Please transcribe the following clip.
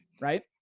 right